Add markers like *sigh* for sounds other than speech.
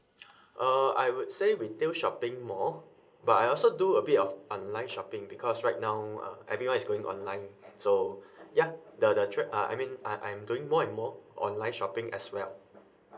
*breath* uh I would say retail shopping more but I also do a bit of online shopping because right now uh everyone is going online *breath* so *breath* because the the trip uh I mean uh I'm doing more and more online shopping as well